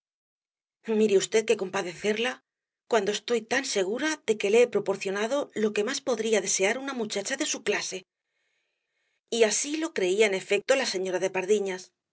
mire v que compadecerla cuando estoy tan segura de que le he proporcionado lo que más podría desear una muchacha de su clase y así lo creía en efecto la señora de pardiñas